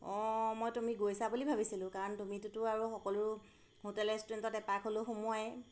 অঁ মই তুমি গৈছা বুলি ভাবিছিলোঁ কাৰণ তুমিতোতো আৰু সকলো হোটেল ৰেষ্টুৰেণ্টত এপাক হ'লেও সোমোৱাই